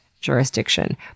jurisdiction